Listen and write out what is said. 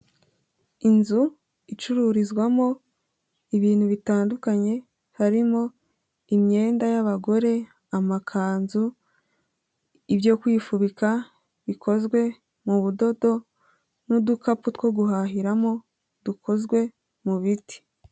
Inzu cururizwamo ibintu bitandukanye harimo imyenda y'abagore amakanzu, ibyo kwifubika bikoze mu budodo n'udukapu two guhahiramo dukozwe mu biti.